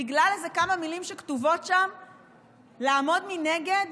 בגלל איזה כמה מילים שכתובות שם לעמוד מנגד